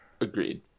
Agreed